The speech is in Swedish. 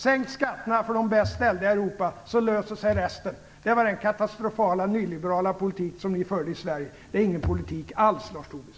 Sänk skatterna för de bäst ställda i Europa så löser sig resten - det var den katastrofala nyliberala politik som ni förde i Sverige. Det är ingen politik alls, Lars Tobisson.